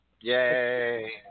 Yay